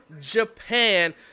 Japan